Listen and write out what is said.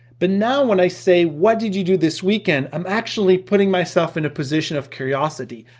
but now when i say what did you do this weekend? i'm actually putting myself in a position of curiosity.